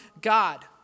God